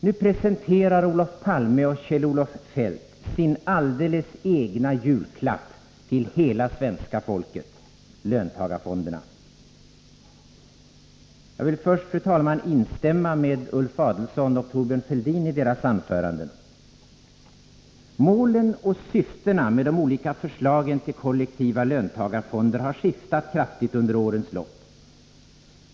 Nu presenterar Olof Palme och Kjell-Olof Feldt en alldeles egen julklapp till hela det svenska folket: löntagarfonderna. Fru talman! Jag vill instämma i Ulf Adelsohns och Thorbjörn Fälldins anföranden. Målen och syftena med de olika förslagen till kollektiva löntagarfonder har skiftat kraftigt under årens lopp.